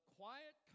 quiet